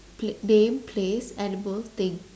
pla~ name place edible thing